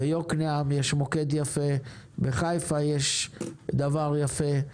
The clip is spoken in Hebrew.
ביקנעם יש מוקד יפה, בחיפה יש דבר יפה,